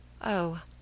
Oh